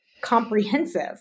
comprehensive